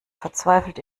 verzweifelt